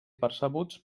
percebuts